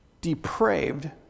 depraved